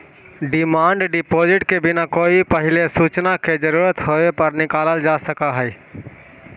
demand deposit के बिना कोई पहिले सूचना के जरूरत होवे पर निकालल जा सकऽ हई